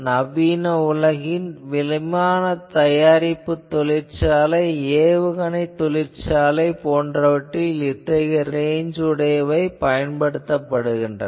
நவீன உலகின் விமானத் தயாரிப்பு தொழிற்சாலை ஏவுகணை தொழிற்சாலை போன்றவற்றில் இத்தகைய ரேஞ்ச் உடையவை பயன்படுகின்றன